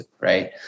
right